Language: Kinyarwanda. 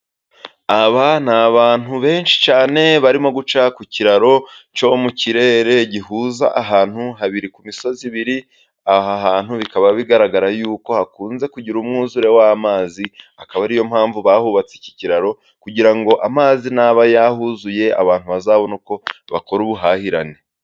Aba ni abantu benshi cyane barimo guca ku kiraro cyo mu kirere, gihuza ahantu habiri ku misozi ibiri. Aha hantu bikaba bigaragara yuko hakunze kugira umwuzure w'amazi, akaba ariyo mpamvu bahubatse iki kiraro kugira ngo amazi naba yahuzuye abantu bazabone uko bakora ubuhahirane.